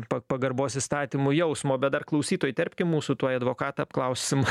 pa pagarbos įstatymui jausmo bet dar klausytoją įterpkim mūsų tuoj advokatą apklausim